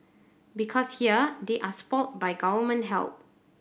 because here they are spoilt by government help